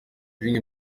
bimwe